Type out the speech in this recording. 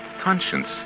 conscience